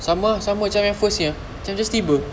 sama ah sama macam yang first nya macam just tiba